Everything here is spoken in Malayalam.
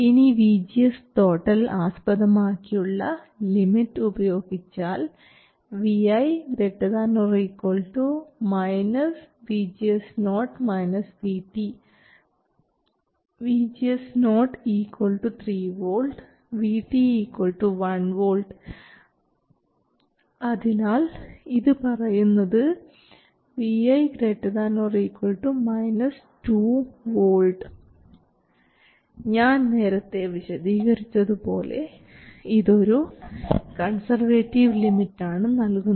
ഇനി VGS ആസ്പദമാക്കിയുള്ള ലിമിറ്റ് ഉപയോഗിച്ചാൽ vi ≥ VGS0 3 V VT 1 V അതിനാൽ ഇത് പറയുന്നത് vi ≥ ഞാൻ നേരത്തെ വിശദീകരിച്ചതുപോലെ ഇത് ഒരു കൺസർവേറ്റീവ് ലിമിറ്റ് ആണ് നൽകുന്നത്